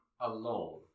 alone